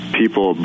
people